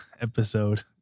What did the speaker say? episode